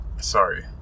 sorry